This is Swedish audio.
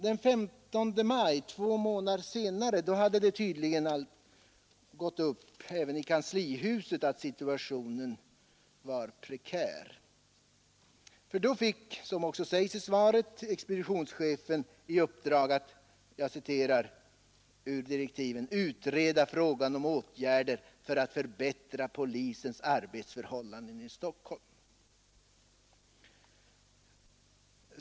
Den 15 maj, två månader senare, hade det tydligen gått upp även i kanslihuset att situationen var prekär, för då fick, som det också sägs i svaret, expeditionschefen Gullnäs i uppdrag att — jag citerar ur direktiven — ”utreda frågan om åtgärder för att förbättra polisens arbetsförhållanden i Stockholm”.